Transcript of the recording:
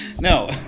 No